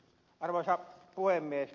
arvoisa puhemies